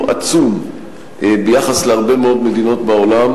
עצום ביחס להרבה מאוד מדינות בעולם,